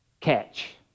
catch